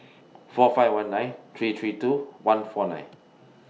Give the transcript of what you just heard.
four five one nine three three two one four nine